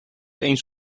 eens